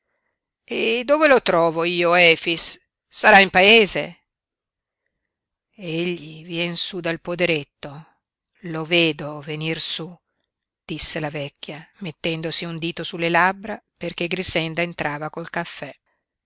e dove lo trovo io efix sarà in paese egli vien su dal poderetto lo vedo venir su disse la vecchia mettendosi un dito sulle labbra perché grixenda entrava col caffè